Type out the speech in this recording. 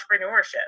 entrepreneurship